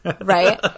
right